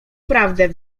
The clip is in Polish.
prawdę